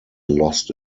lost